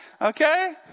Okay